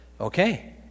Okay